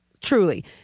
truly